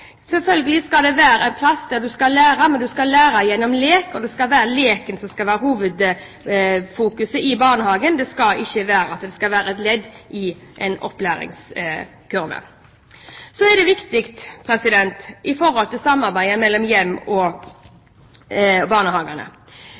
Selvfølgelig skal det være en plass der en skal lære, men en skal lære gjennom lek, og det er leken som skal være hovedfokuset i barnehagen. Det skal ikke være et ledd i et utdanningsløp. Så er samarbeidet mellom hjem og